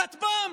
כטב"ם,